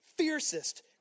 Fiercest